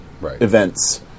events